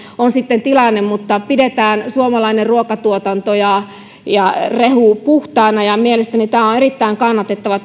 on tilanne mutta pidetään suomalainen ruokatuotanto ja ja rehu puhtaana mielestäni tämä lakiesitys on erittäin kannatettava